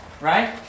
right